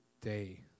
day